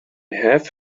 have